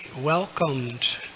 welcomed